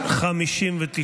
59,